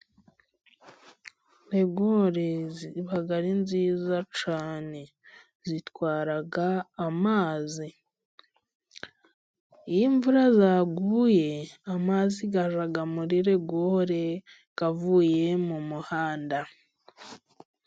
Rigore ziba ari nziza cyane, zitwara amazi. Iyo imvura yaguye, amazi ajya muri rigore avuye mu muhanda.